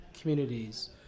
communities